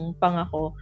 pangako